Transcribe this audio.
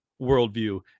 worldview